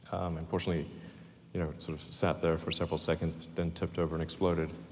unfortunately, you know it sort of sat there for several seconds, then tipped over and exploded.